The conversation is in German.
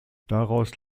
daraus